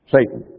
Satan